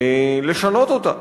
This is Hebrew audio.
לשנות אותה,